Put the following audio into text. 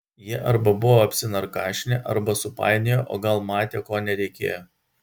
jie arba buvo apsinarkašinę arba supainiojo o gal matė ko nereikėjo